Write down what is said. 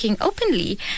openly